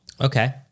Okay